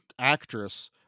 actress